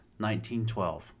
1912